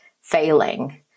failing